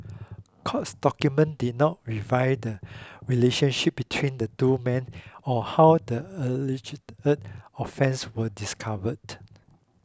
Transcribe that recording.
courts documents did not reveal the relationship between the two men or how the alleged offence was discovered